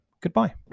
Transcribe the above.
goodbye